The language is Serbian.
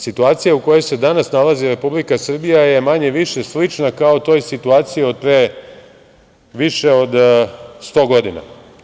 Situacija u kojoj se danas nalazi Republika Srbija je manje više slična toj situaciji od pre više od 100 godina.